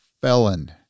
felon